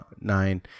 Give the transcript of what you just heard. nine